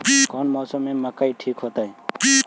कौन मौसम में मकई ठिक होतइ?